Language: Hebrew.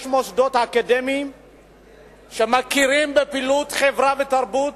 יש מוסדות אקדמיים שמכירים בפעילות חברה ותרבות,